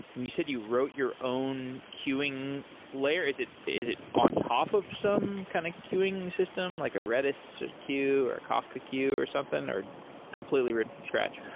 and you said you wrote your own queuing queuing layer. is it is it on top of some kind of queuing system, like a redis queue, or a kafka queue, or something, or completely written from scratch?